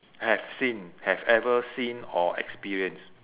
have seen have ever seen or experienced